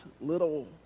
little